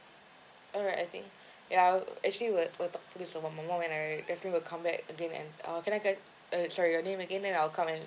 alright I think ya I'll actually will talk this to my mum when I actually will come back again and uh can I get uh sorry your name again I'll come and